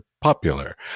popular